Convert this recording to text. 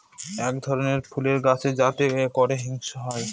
এক ধরনের ফুলের গাছ যাতে করে হিং হয়